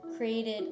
created